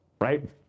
right